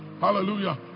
Hallelujah